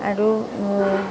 আৰু